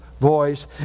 voice